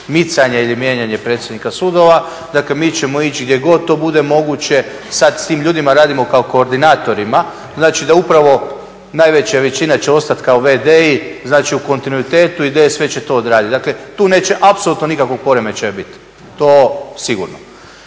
micanja ili mijenjanje predsjednika sudova. Dakle mi ćemo ići gdje god to bude moguće, sada s tim ljudima radimo kao koordinatorima znači da će upravo najveća većina ostati kao v.d.-i znači u kontinuitetu i DSV će to odraditi. Dakle tu neće apsolutno nikakvog poremećaja biti, to sigurno.